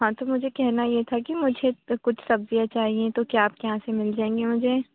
ہاں تو مجھے کہنا یہ تھا کہ مجھے کچھ سبزیاں چاہیے تو کیا آپ کے یہاں سے مل جائیں گی مجھے